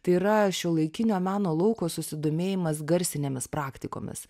tai yra šiuolaikinio meno lauko susidomėjimas garsinėmis praktikomis